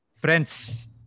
friends